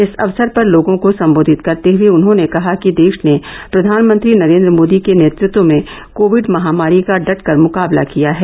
इस अवसर पर लोगों को सम्बोधित करते हुए उन्होंने कहा कि देश ने प्रधानमंत्री नरेन्द्र मोदी के नेतृत्व में कोविड महामारी का डटकर मुकाबला किया है